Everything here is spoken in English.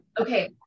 Okay